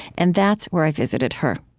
and that's where i visited her